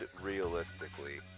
realistically